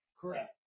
Correct